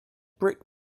brick